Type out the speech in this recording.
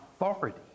authority